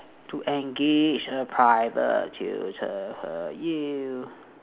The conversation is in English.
to engage a private tutor for you